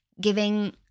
giving